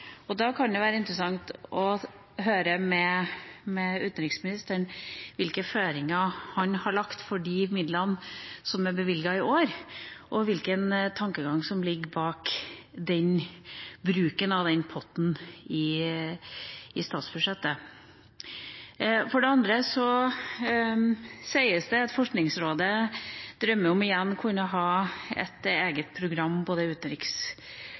Stortinget. Da kan det være interessant å høre med utenriksministeren hvilke føringer han har lagt for de midlene som er bevilget i år, og hvilken tankegang som ligger bak bruken av den potten i statsbudsjettet. For det andre sies det at Forskningsrådet drømmer om igjen å kunne ha et eget program